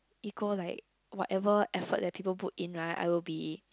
equal like whatever effort that people put in right I'll be